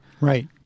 Right